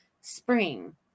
spring